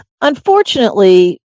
unfortunately